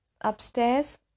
upstairs